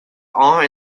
awe